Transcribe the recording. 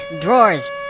drawers